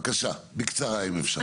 בבקשה, בקצרה, אם אפשר.